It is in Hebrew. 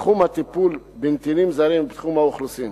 בתחום הטיפול בנתינים זרים ובתחום האוכלוסין.